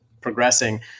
progressing